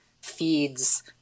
feeds